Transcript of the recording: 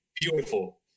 beautiful